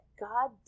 God